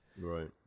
right